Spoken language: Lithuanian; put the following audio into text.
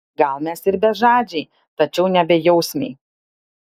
gal mes ir bežadžiai tačiau ne bejausmiai